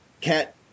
cat